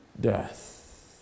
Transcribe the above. death